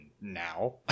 now